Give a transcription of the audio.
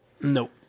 Nope